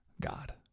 God